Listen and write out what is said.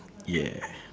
yeah